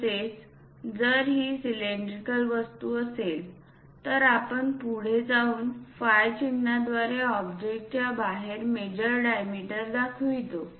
तसेच जर ही सिलेंड्रिकल वस्तू असेल तर आपण पुढे जाऊन फाय चिन्हाद्वारे ऑब्जेक्टच्या बाहेर मेजर डायमीटर दाखवतो